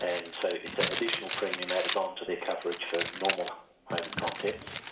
and so it's an additional premium added on to their coverage for normal home and contents,